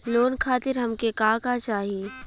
Loan खातीर हमके का का चाही?